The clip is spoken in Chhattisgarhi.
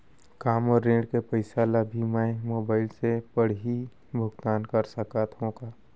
का मोर ऋण के पइसा ल भी मैं मोबाइल से पड़ही भुगतान कर सकत हो का?